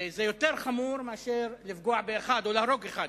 זה יותר חמור מאשר לפגוע באחד או להרוג אחד,